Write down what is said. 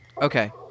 Okay